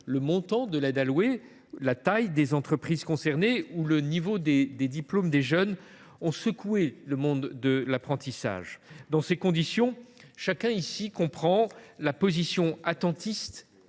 le montant de l’aide allouée, la taille des entreprises concernées ou le niveau de diplômes des jeunes, ont secoué le monde de l’apprentissage. Dans ces conditions, chacun ici comprend la position attentiste